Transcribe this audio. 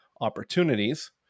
opportunities